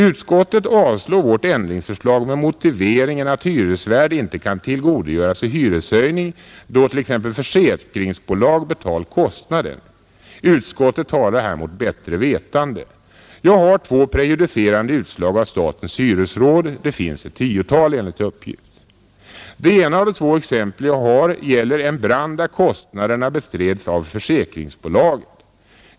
Utskottet avstyrker vårt ändringsförslag med motiveringen att hyresvärd inte kan tillgodogöra sig hyreshöjning, då t.ex. försäkringsbolag betalat kostnaden. Utskottet talar här mot bättre vetande. Jag har två prejudicerande utslag av statens hyresråd. Det finns enligt uppgift ett tiotal. Det ena av de två exempel jag har gäller en brand, där kostnaderna bestreds av försäkringsbolaget.